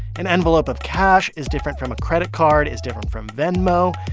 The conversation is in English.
an envelope of cash is different from a credit card is different from venmo.